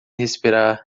respirar